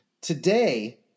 today